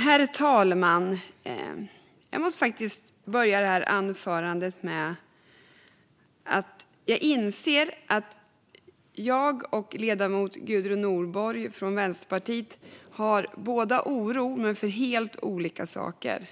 Herr talman! Jag inser att jag och ledamoten Gudrun Nordborg från Vänsterpartiet båda känner oro men för helt olika saker.